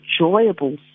enjoyable